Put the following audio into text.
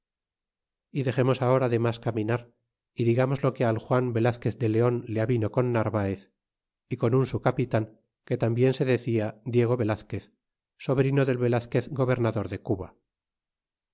y dexemos ahora de mas caminar y digamos lo que al juan velazquez de leon le avino con narvaez y con un su capitan que tarribien se decia diego velazquez sobrino del velazquez gobernador de cuba